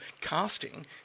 casting